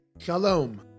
Shalom